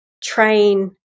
train